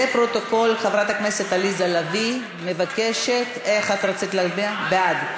26 חברי כנסת בעד, 37 מתנגדים, אין נמנעים.